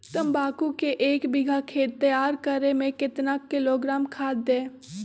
तम्बाकू के एक बीघा खेत तैयार करें मे कितना किलोग्राम खाद दे?